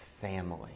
family